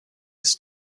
his